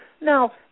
Now